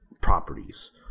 properties